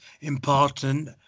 important